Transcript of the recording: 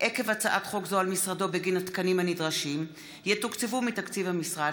עקב הצעת חוק זו על משרדו בגין התקנים הנדרשים יתוקצבו מתקציב המשרד,